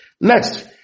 Next